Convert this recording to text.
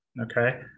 Okay